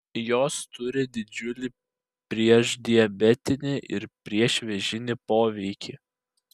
jos turi didžiulį priešdiabetinį ir priešvėžinį poveikį